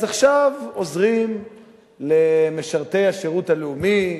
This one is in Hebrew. אז עכשיו עוזרים למשרתי השירות הלאומי,